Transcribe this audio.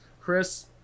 Chris